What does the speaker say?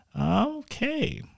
Okay